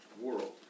world